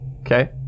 Okay